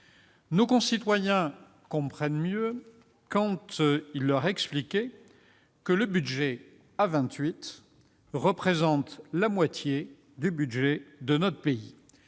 Nos concitoyens comprennent mieux quand il leur est expliqué que le budget à vingt-huit représente la moitié du budget de notre pays.